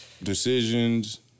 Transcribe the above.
decisions